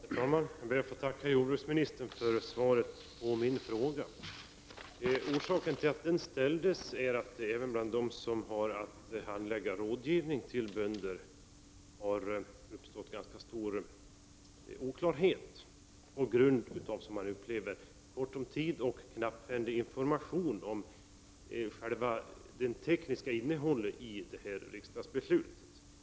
Herr talman! Jag ber att få tacka jordbruksministern för svaret på min fråga. Orsaken till att den ställdes är att det även bland dem som har att handlägga rådgivning till bönder har uppstått en ganska stor oklarhet på grund av — som man upplever det — dåligt med tid och knapphändig information om det tekniska innehållet i detta riksdagsbeslut.